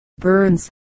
Burns